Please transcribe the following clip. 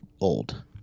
old